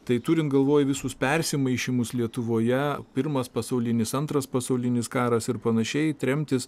tai turint galvoj visus persimaišymus lietuvoje pirmas pasaulinis antras pasaulinis karas ir panašiai tremtys